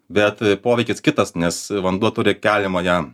bet poveikis kitas nes vanduo turi keliamąją